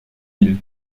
ville